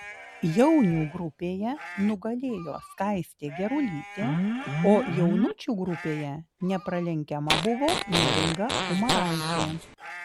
jaunių grupėje nugalėjo skaistė gerulytė o jaunučių grupėje nepralenkiama buvo neringa umaraitė